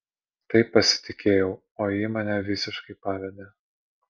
taip pasitikėjau o ji mane visiškai pavedė